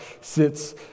sits